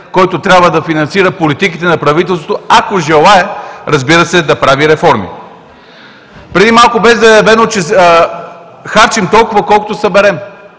който трябва да финансира политиките на правителството, ако желае, разбира се, да прави реформи. Преди малко бе заявено, че харчим толкова, колкото съберем.